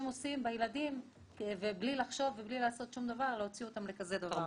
עושים דברים בלי לחשוב ומוציאים אותם לכזה דבר.